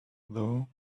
though